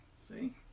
see